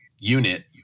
unit